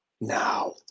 Now